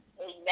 Amen